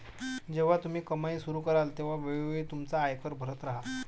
जेव्हा तुम्ही कमाई सुरू कराल तेव्हा वेळोवेळी तुमचा आयकर भरत राहा